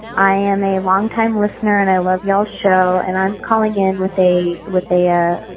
i am a longtime listener and i love your show. and i'm calling in with a repair.